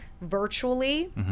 virtually